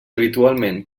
habitualment